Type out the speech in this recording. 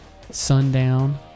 Sundown